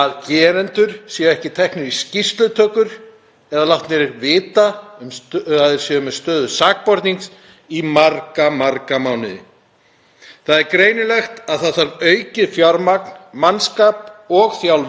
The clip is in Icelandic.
Það er greinilegt að það þarf aukið fjármagn, mannskap og þjálfun fyrir rannsakendur og ákæruvald. Það er breið samstaða á þingi um að fjárfesta í þessum málum.